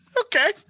Okay